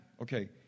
Okay